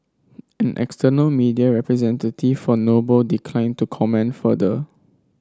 an external media representative for Noble declined to comment further